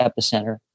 epicenter